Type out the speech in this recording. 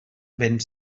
vent